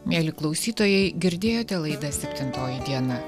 mieli klausytojai girdėjote laidą septintoji diena